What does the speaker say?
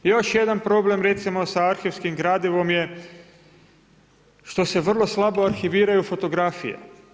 Još jedan problem recimo sa arhivskim gradivom je što se vrlo slabo arhiviraju fotografije.